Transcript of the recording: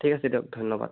ঠিক আছে দিয়ক ধন্যবাদ